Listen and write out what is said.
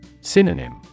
Synonym